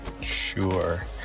Sure